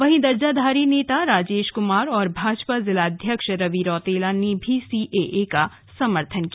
वहीं दर्जाधारी नेता राजेश कुमार और भाजपा जिलाध्यक्ष रवि रौतेला ने भी सीएए का समर्थन किया